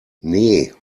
nee